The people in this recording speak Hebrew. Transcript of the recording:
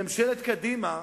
ממשלת קדימה,